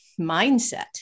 mindset